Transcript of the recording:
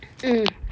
mm